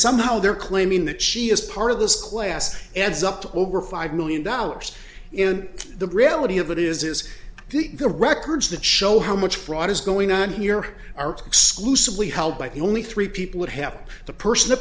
somehow they're claiming that she is part of this class adds up to over five million dollars in the reality of it is is the records that show how much fraud is going on here are exclusively held by the only three people would have the person t